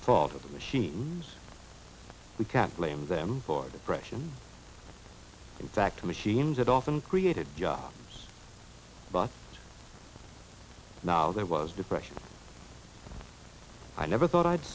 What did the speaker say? the fault of the machines we kept blame them for depression in fact machines that often created jobs but now there was depression i never thought i'd